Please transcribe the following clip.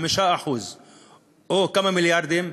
5% או כמה מיליארדים,